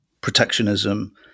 protectionism